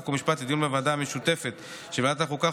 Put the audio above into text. חוק ומשפט לדיון בוועדה המשותפת של ועדת החוקה,